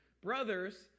Brothers